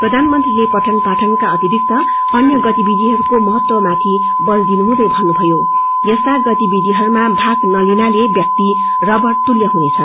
प्रधानमंत्रीले पठन पाठनका अतिरिक्त अन्य गतिविधिहरूको महतवमाथि बल दिनुहँदै भन्नुथ्यो यस्ता गतिविधिहरूमा भाग नलिनाले व्याक्ति रोबोट तुल्य हुनेछ